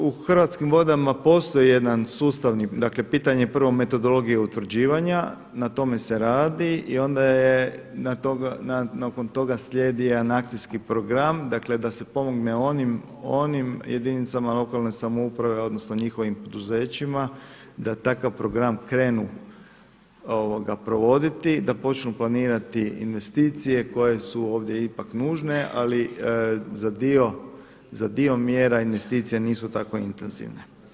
Kroz u Hrvatskim vodama postoji jedan sustavni, dakle pitanje prvo metodologije utvrđivanja, na tome se radi i onda je, nakon toga slijedi jedan akcijski program, dakle da se pomogne onim jedinicama lokalne samouprave, odnosno njihovim poduzećima da takav program krenu provoditi, da počnu planirati investicije koje su ovdje ipak nužne ali za dio mjera investicije nisu tako intenzivne.